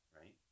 right